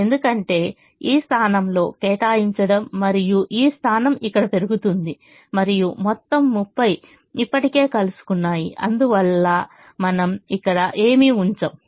ఎందుకంటే ఈ స్థానంలో కేటాయించడం మరియు ఈ స్థానం ఇక్కడ పెరుగుతుంది మరియు మొత్తం 30 ఇప్పటికే కలుసుకున్నాయి అందువల్ల మనము ఇక్కడ ఏమీ ఉంచము